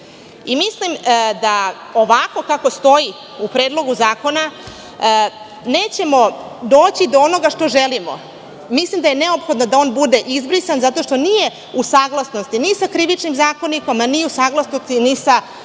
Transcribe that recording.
da ovako kako stoji u Predlogu zakona, nećemo doći do onoga što želimo. Mislim da je neophodno da on bude izbrisan zato što nije u saglasnosti ni sa Krivičnim zakonikom, a ni u saglasnosti sa